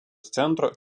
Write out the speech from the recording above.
centro